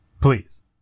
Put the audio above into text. Please